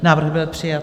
Návrh byl přijat.